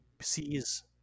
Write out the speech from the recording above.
sees